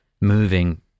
moving